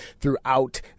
throughout